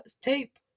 tape